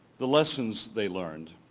the lessons they learned,